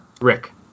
Rick